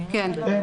כן.